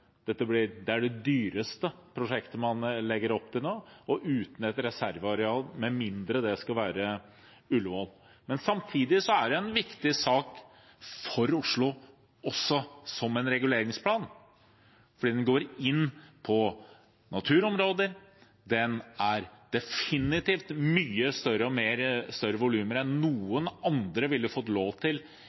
Det er det dyreste prosjektet man legger opp til nå, og uten et reserveareal, med mindre det skulle være Ullevål. Samtidig er det jo en viktig sak for Oslo også som en reguleringsplan, fordi tomten går inn på naturområder og er definitivt mye større og med større volum enn noen andre ville fått lov til